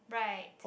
right